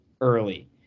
early